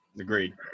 Agreed